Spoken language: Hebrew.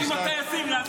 עם הטייסים לעזאזל.